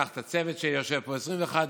ניקח את הצוות שיושב פה, 21 איש.